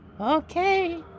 Okay